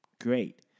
Great